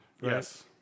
Yes